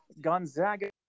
Gonzaga